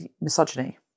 misogyny